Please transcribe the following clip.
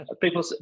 People